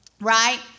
right